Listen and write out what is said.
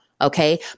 Okay